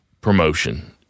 promotion